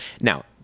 Now